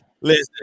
Listen